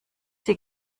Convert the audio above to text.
sie